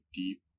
deep